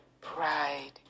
pride